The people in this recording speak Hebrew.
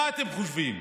מה אתם חושבים,